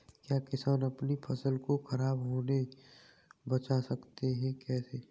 क्या किसान अपनी फसल को खराब होने बचा सकते हैं कैसे?